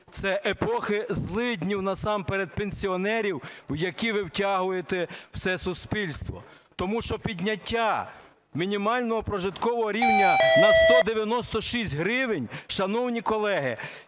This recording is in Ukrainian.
це епохи злиднів насамперед пенсіонерів, у які ви втягуєте все суспільство. Тому що підняття мінімального прожиткового рівня на 196 гривень, шановні колеги,